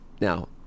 now